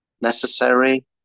necessary